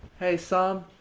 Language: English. hey son.